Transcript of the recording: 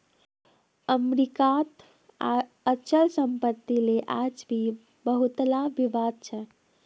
अमरीकात अचल सम्पत्तिक ले आज भी बहुतला विवाद छ